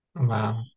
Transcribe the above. Wow